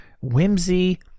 whimsy